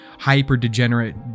hyper-degenerate